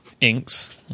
inks